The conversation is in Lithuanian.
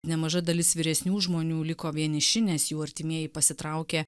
nemaža dalis vyresnių žmonių liko vieniši nes jų artimieji pasitraukė